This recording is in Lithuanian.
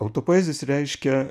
autopoezijos reiškia